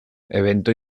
evento